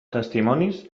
testimonis